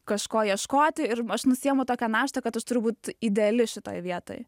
kažko ieškoti ir aš nusiemu tokią naštą kad aš turiu būt ideali šitoj vietoj